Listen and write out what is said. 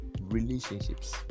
relationships